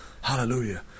Hallelujah